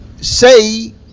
say